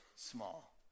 Small